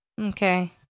Okay